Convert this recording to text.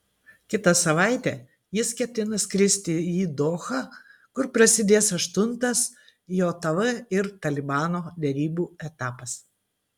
kitą savaitę jis ketina skristi į dohą kur prasidės aštuntas jav ir talibano derybų etapas